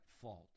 fault